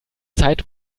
zeit